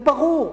זה ברור.